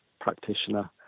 practitioner